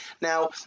Now